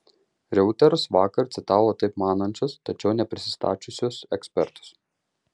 reuters vakar jau citavo taip manančius tačiau neprisistačiusius ekspertus